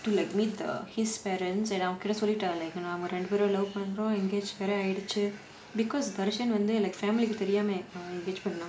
to like meet the his parents and அவங்க கிட்ட சொல்லிட நாங்க ரெண்டு பேரும்:avanga kita sollita naanga rendu perum love பண்றோம்:pandrom engaged வேற ஆயிடுச்சி:vera aayiduchi because tharshan வந்து:vanthu family கு தெரியாம:ku teriyaama engage பண்ணிதான்:pannithan